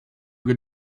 good